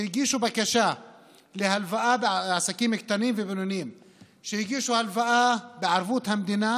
שהגישו בקשה להלוואה בערבות המדינה,